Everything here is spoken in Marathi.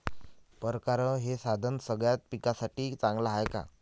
परकारं हे साधन सगळ्या पिकासाठी चांगलं हाये का?